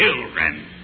children